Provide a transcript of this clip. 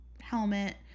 Helmet